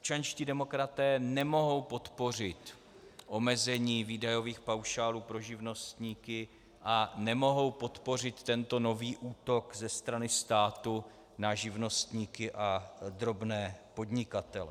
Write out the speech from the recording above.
Občanští demokraté nemohou podpořit omezení výdajových paušálů pro živnostníky a nemohou podpořit tento nový útok ze strany státu na živnostníky a drobné podnikatele.